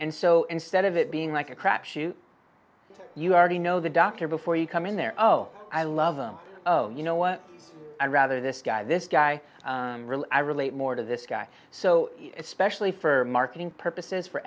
and so instead of it being like a crapshoot you already know the dr before you come in there oh i love them oh you know what i'd rather this guy this guy i relate more to this guy so especially for marketing purposes for